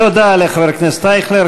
תודה לחבר הכנסת אייכלר.